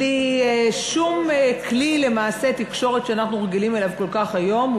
בלי שום כלי תקשורת שאנחנו רגילים אליו כל כך היום,